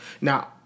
Now